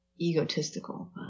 egotistical